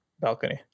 balcony